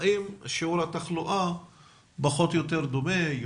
האם שיעור התחלואה פחות או יותר דומה?